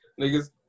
Niggas